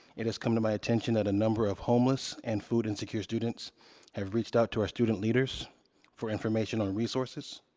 it has come to my attention that a number of homeless and food insecure students have reached out to our student leaders for information on resources.